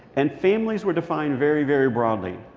and families were defined very, very broadly.